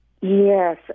Yes